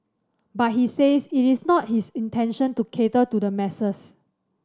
but he says it is not his intention to cater to the masses